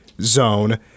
Zone